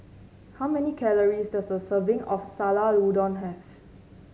how many calories does a serving of Sayur Lodeh have